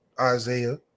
Isaiah